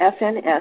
SNS